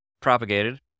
propagated